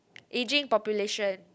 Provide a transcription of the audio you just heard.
ageing population